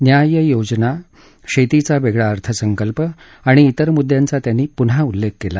न्याय योजना शेतीचा वेगळा अर्थसंकल्प आणि त्तर मुद्यांचा त्यांनी पुन्हा उल्लेख केला